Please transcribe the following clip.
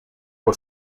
por